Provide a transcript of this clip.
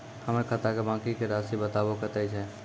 हमर खाता के बाँकी के रासि बताबो कतेय छै?